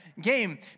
game